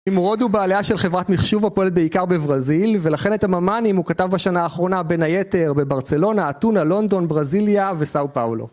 נמרוד הוא בעליה של חברת מיחשוב הפועלת בעיקר בברזיל, ולכן את ה'ממנים' הוא כתב בשנה האחרונה בין היתר בברצלונה, אתונה, לונדון, ברזיליה וסאו פאולו